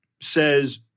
says